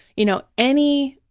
you know, any